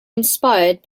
inspired